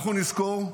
אנחנו נזכור,